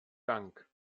dank